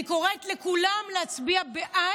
אני קוראת לכולם להצביע בעד,